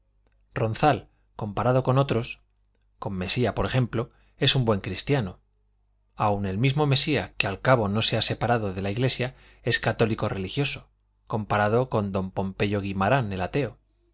ronzal comparado con otros con mesía por ejemplo es un buen cristiano aun el mismo mesía que al cabo no se ha separado de la iglesia es católico religioso comparado con don pompeyo guimarán el ateo